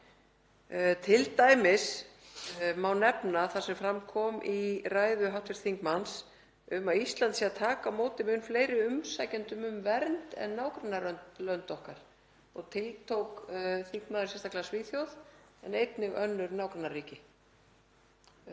Sem dæmi má nefna það sem fram kom í ræðu hv. þingmanns, um að Ísland sé að taka á móti mun fleiri umsækjendum um vernd en nágrannalönd okkar, og tiltók þingmaður sérstaklega Svíþjóð en einnig önnur nágrannaríki.